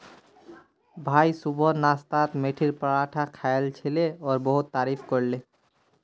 Y सुबह नाश्तात मेथीर पराठा खायाल छिले और बहुत तारीफो करले